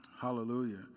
Hallelujah